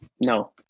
no